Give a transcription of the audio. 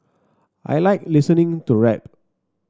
I like listening to rap